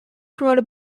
promoted